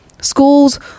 Schools